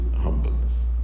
humbleness